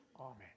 Amen